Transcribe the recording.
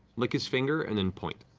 lick his finger and then point.